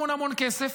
המון כסף